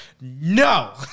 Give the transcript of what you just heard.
no